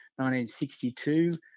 1962